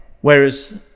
Whereas